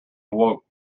awoke